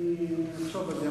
אני אחשוב על זה,